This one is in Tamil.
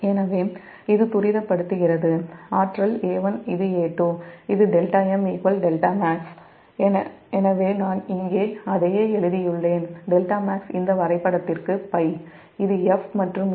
எனவே இது ஆற்றல் A1 துரிதப்படுத்துகிறது இது A2 இது δm δmax நான் இங்கே அதையே எழுதியுள்ளேன் δmax இந்த வரைபடத்திற்கு π இது 'F' மற்றும் 'A'